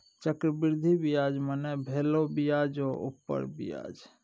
चक्रवृद्धि ब्याज मने भेलो ब्याजो उपर ब्याज